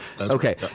Okay